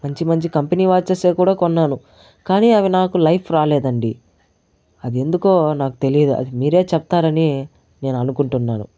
మంచి మంచి company watches కూడా కొన్నాను కానీ అవి నాకు లైఫ్ రాలేదండి అది ఎందుకో నాకు తెలియదు అది మీరే చెప్తారని నేను అనుకుంటున్నాను